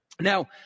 Now